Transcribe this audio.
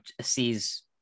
sees